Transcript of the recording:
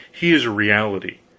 he is a reality,